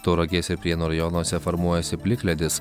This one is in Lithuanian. tauragės ir prienų rajonuose formuojasi plikledis